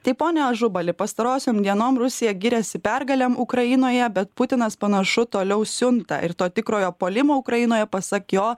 tai pone ažubali pastarosiom dienom rusija giriasi pergalėm ukrainoje bet putinas panašu toliau siunta ir to tikrojo puolimo ukrainoje pasak jo